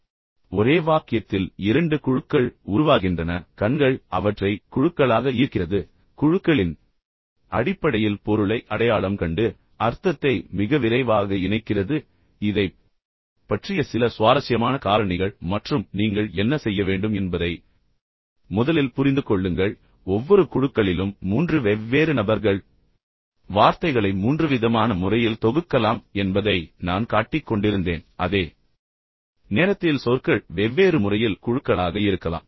எனவே ஒரே வாக்கியத்தில் 2 குழுக்கள் உருவாகின்றன கண்கள் அவற்றை குழுக்களாக ஈர்க்கிறது குழுக்களின் அடிப்படையில் பொருளை அடையாளம் கண்டு பின்னர் அர்த்தத்தை மிக விரைவாக இணைக்கிறது ஆனால் இதைப் பற்றிய சில சுவாரஸ்யமான காரணிகள் மற்றும் நீங்கள் என்ன செய்ய வேண்டும் என்பதை முதலில் புரிந்துகொள்ளுங்கள் ஒவ்வொரு குழுக்களிலும் 3 வெவ்வேறு நபர்கள் வார்த்தைகளை 3 விதமான முறையில் தொகுக்கலாம் என்பதை நான் காட்டிக் கொண்டிருந்தேன் ஆனால் அதே நேரத்தில் சொற்கள் வெவ்வேறு முறையில் குழுக்களாக இருக்கலாம்